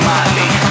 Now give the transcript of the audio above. Molly